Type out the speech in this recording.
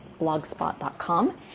blogspot.com